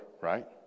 right